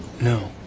No